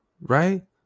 right